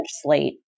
Slate